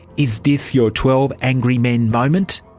is this your twelve angry men moment?